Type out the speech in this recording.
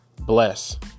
Bless